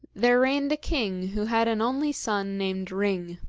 there reigned a king who had an only son named ring.